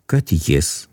kad jis